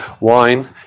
wine